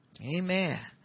Amen